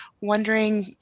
wondering